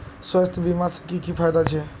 स्वास्थ्य बीमा से की की फायदा छे?